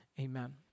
Amen